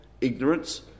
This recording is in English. ignorance